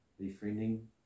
befriending